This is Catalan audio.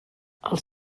els